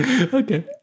Okay